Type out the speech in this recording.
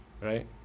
right